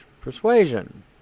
persuasion